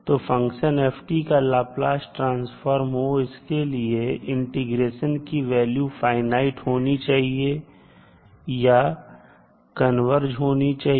तो function f का Laplace transform हो इसके लिए इंटीग्रेशन की वैल्यू फाइनाइट होनी चाहिए या कन्वर्ज होनी चाहिए